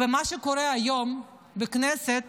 ומה שקורה היום בכנסת